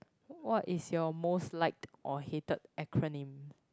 what is your most liked or hated acronym